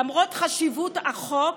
למרות חשיבות החוק,